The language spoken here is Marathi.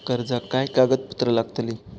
कर्जाक काय कागदपत्र लागतली?